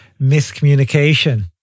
miscommunication